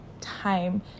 time